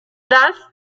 thus